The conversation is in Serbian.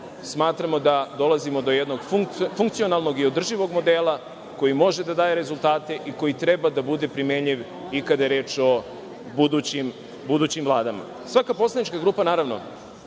smatramo da dolazimo do jednog funkcionalnog i održivog modela, koji može da daje rezultate i koji treba da bude primenljiv i kada je reč o budućim vladama. Svaka poslanička grupa, naravno,